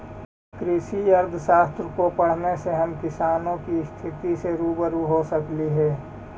कृषि अर्थशास्त्र को पढ़ने से हम किसानों की स्थिति से रूबरू हो सकली हे